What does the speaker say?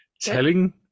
Telling